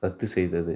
ரத்து செய்தது